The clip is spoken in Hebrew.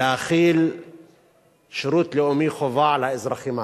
להחיל שירות לאומי חובה על האזרחים הערבים.